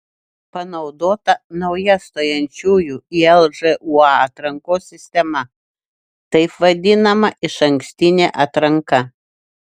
panaudota nauja stojančiųjų į lžūa atrankos sistema taip vadinama išankstinė atranka